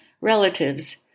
relatives